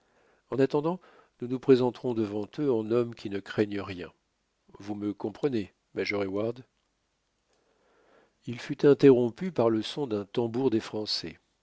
en attendant nous nous présenterons devant eux en hommes qui ne craignent rien vous me comprenez major heyward il fut interrompu par le son d'un tambour des français